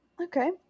Okay